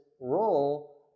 role